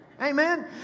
amen